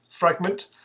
fragment